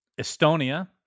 Estonia